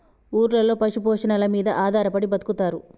ఊర్లలో పశు పోషణల మీద ఆధారపడి బతుకుతారు